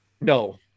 No